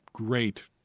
Great